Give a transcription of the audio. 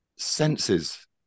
Senses